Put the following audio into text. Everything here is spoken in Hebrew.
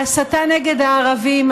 ההסתה נגד הערבים,